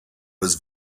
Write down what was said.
was